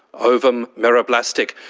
ovum meriblastic',